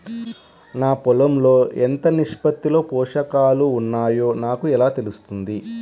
నా పొలం లో ఎంత నిష్పత్తిలో పోషకాలు వున్నాయో నాకు ఎలా తెలుస్తుంది?